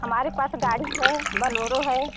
हमारे पास गाड़ी है बलोरो है